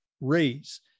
raise